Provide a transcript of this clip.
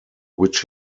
which